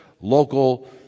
local